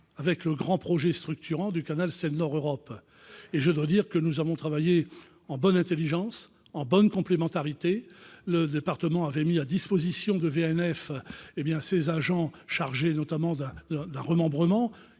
cadre du grand projet structurant qu'est le canal Seine-Nord Europe. Je dois dire que nous avons travaillé en bonne intelligence, en bonne complémentarité. Le département avait mis à disposition de VNF ses agents chargés notamment d'un remembrement